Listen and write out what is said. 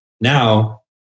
Now